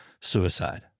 suicide